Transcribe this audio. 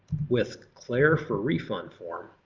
with clair for refund form?